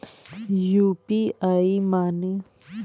UPI माने?